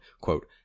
quote